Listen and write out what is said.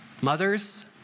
Mothers